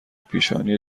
پیشانی